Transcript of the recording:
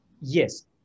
yes